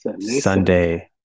sunday